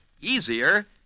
easier